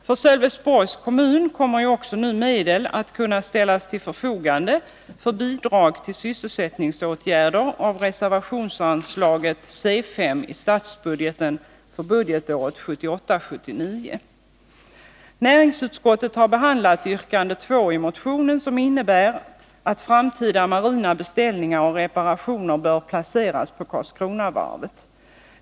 För Sölvesborgs kommun kommer nu också medel av reservationsanslaget c Sistatsbudgeten för budgetåret 1978/79 att ställas till förfogande för bidrag Näringsutskottet har behandlat yrkande 2 i motionen, som innebär att framtida marina beställningar och reparationer bör placeras vid Karlskronavarvet.